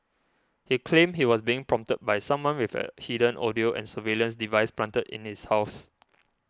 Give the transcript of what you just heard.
he claimed he was being prompted by someone with a hidden audio and surveillance device planted in his house